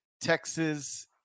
Texas